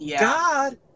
God